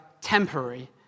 temporary